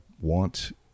want